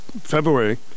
February